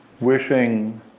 wishing